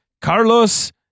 Carlos